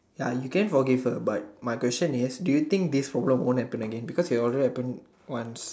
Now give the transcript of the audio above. ya you can forgive her but my question is do you think this for long won't happen again because it has already happened once